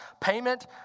Payment